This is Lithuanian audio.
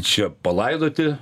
čia palaidoti